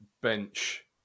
bench